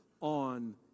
on